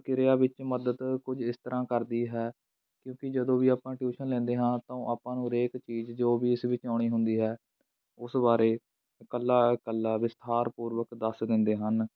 ਪ੍ਰਕਿਰਿਆ ਵਿੱਚ ਮਦਦ ਕੁਝ ਇਸ ਤਰ੍ਹਾਂ ਕਰਦੀ ਹੈ ਕਿਉਂਕਿ ਜਦੋਂ ਵੀ ਆਪਾਂ ਟਿਊਸ਼ਨ ਲੈਂਦੇ ਹਾਂ ਤਾਂ ਉਹ ਆਪਾਂ ਨੂੰ ਹਰੇਕ ਚੀਜ਼ ਜੋ ਵੀ ਇਸ ਵਿੱਚ ਆਉਣੀ ਹੁੰਦੀ ਹੈ ਉਸ ਬਾਰੇ ਇਕੱਲਾ ਇਕੱਲਾ ਵਿਸਥਾਰ ਪੂਰਵਕ ਦੱਸ ਦਿੰਦੇ ਹਨ